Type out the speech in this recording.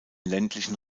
ländlichen